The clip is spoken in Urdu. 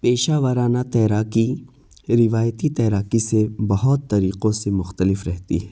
پیشہ وارانہ تیراکی روایتی تیراکی سے بہت طریقوں سے مختلف رہتی ہے